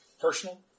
personal